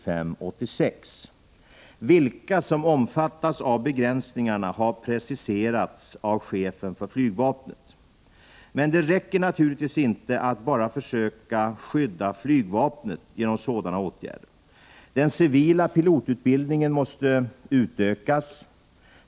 Men det räcker naturligtvis inte att bara försöka skydda Prot. 1985/86:101 flygvapnet genom sådana åtgärder. Den civila pilotutbildningen måste 20 mars 1986 utökas.